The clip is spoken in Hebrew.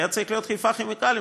היה צריך להיות חיפה כימיקלים,